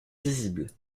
visibles